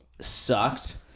sucked